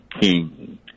King